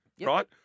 Right